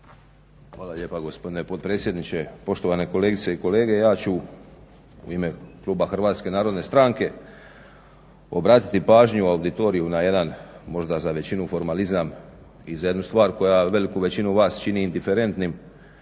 Hvala lijepa gospodine potpredsjedniče, poštovane kolegice i kolege. Ja ću u ime kluba HNS-a obratiti pažnju auditoriju na jedan možda za većinu formalizam i za jednu stvar koja veliku većinu vas čini indiferentnim,